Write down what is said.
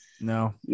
No